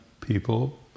people